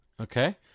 Okay